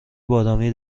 بادامی